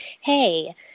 hey